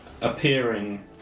appearing